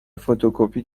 فتوکپی